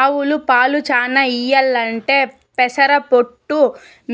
ఆవులు పాలు చానా ఇయ్యాలంటే పెసర పొట్టు